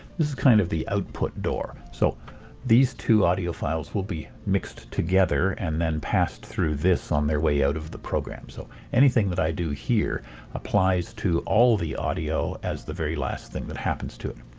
is kind of the output door so these two audio files will be mixed together and then passed through this on their way out of the program. so anything that i do here applies to all the audio as the very last thing that happens to it.